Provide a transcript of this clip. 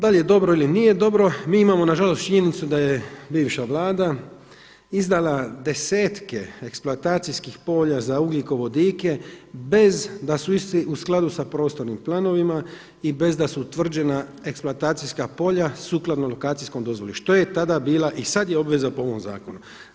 Da li je dobro ili nije dobro, mi imamo nažalost činjenicu da je bivša vlada izdala desetke eksploatacijskih polja za ugljikovodike, bez da su išli u skladu sa prostornim planovima i bez da su utvrđena eksploatacijska polja sukladno lokacijskoj dozvoli što je tada bila i sada je obveza po ovom zakonu.